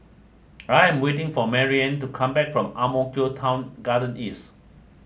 I am waiting for Maryanne to come back from Ang Mo Kio Town Garden East